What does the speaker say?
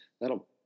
that'll